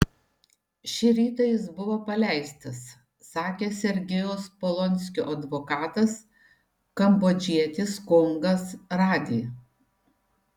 šį rytą jis buvo paleistas sakė sergejaus polonskio advokatas kambodžietis kongas rady